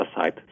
aside